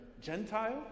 Gentile